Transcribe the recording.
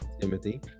timothy